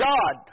God